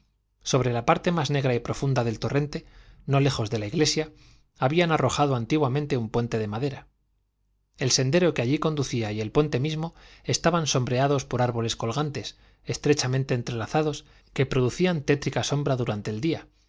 sobre la parte más negra y profunda del torrente no lejos de la iglesia habían arrojado antiguamente un puente de madera el sendero que allí conducía y el puente mismo estaban sombreados por árboles colgantes estrechamente enlazados que producían tétrica sombra durante el día